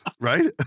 Right